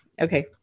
Okay